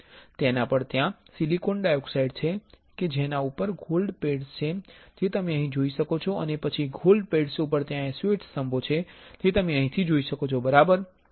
તેના પર ત્યાં સિલિકોન ડાયોક્સાઇડ છે કે જેના ઉપર ગોલ્ડ પેડ્સ છે જે તમે અહીં જોઈ શકો છો અને પછી ગોલ્ડ પેડ્સ ઉપર ત્યાં SU8 સ્તંભો છે જે તમે અહીંથી જોઈ શકો છો બરાબર